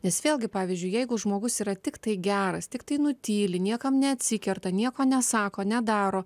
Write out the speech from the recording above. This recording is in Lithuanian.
nes vėlgi pavyzdžiui jeigu žmogus yra tiktai geras tiktai nutyli niekam neatsikerta nieko nesako nedaro